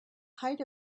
height